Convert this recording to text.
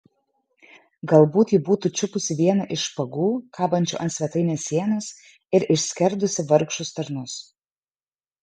galbūt ji būtų čiupusi vieną iš špagų kabančių ant svetainės sienos ir išskerdusi vargšus tarnus